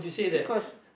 because